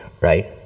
right